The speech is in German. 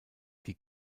die